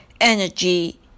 energy